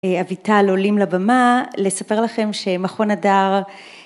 אביטל עולים לבמה, לספר לכם שמכון הדר.